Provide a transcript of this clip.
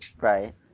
Right